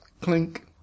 Clink